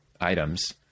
items